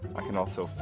i can also,